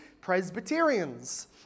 Presbyterians